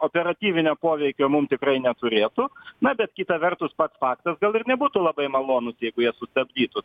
operatyvinio poveikio mum tikrai neturėtų na bet kita vertus pats faktas gal ir nebūtų labai malonus jeigu jie sustabdytų